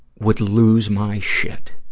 would lose my shit,